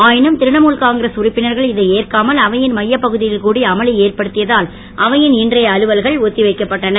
ஆயினும் திரிணாமுல் காங்கிரஸ் உறுப்பினர்கள் இதை ஏற்காமல் அவையின் மையப் பகுதியில் கூடி அமளி ஏற்படுத்தியதால் அவையின் இன்றைய அலுவல்கள் ஒத்திவைக்கப்பட்டன